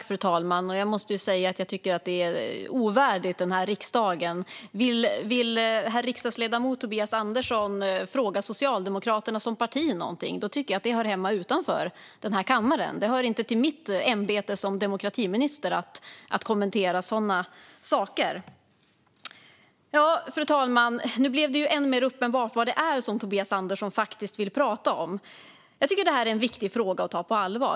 Fru talman! Jag tycker att detta är ovärdigt riksdagen. Vill herr riksdagsledamot Tobias Andersson fråga Socialdemokraterna som parti någonting hör det hemma utanför den här kammaren. Det hör inte till mitt ämbete som demokratiminister att kommentera sådana saker. Fru talman! Nu blev det än mer uppenbart vad det är som Tobias Andersson vill prata om. Detta är en viktig fråga som man ska ta på allvar.